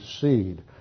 seed